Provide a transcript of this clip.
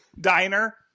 diner